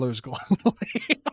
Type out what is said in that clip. globally